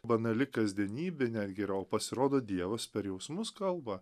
banali kasdienybė netgi yra o pasirodo dievas per jausmus kalba